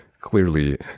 clearly